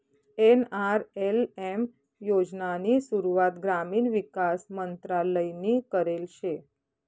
NRLM योजनानी सुरुवात ग्रामीण विकास मंत्रालयनी करेल शे